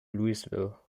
louisville